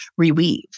reweave